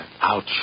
Ouch